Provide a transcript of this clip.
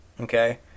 okay